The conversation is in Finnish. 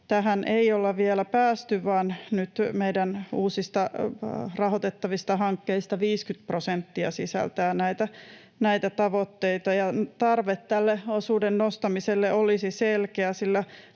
Tähän ei olla vielä päästy, vaan nyt meidän uusista rahoitettavista hankkeista 50 prosenttia sisältää näitä tavoitteita. Tarve tälle osuuden nostamiselle olisi selkeä,